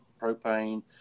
propane